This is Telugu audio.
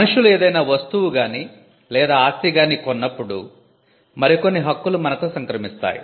మనుష్యులు ఏదైనా వస్తువు గానీ లేదా ఆస్తి గానీ కొన్నప్పుడు మరికొన్ని హక్కులు మనకు సంక్రమిస్తాయి